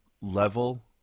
level